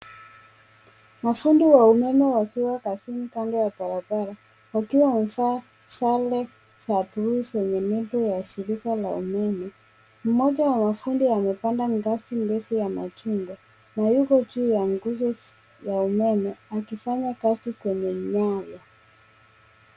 Mafundi wa umeme wakiwa kazini kando ya barabara wakiwa wamevaa sare za bluu zenye miundo ya shirika la umeme. Mmoja wa mafundi amepanda ngazi ndefu ya machungwa na yuko juu ya nguzo ya umeme akifanya kazi kwenye nyaya.